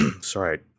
sorry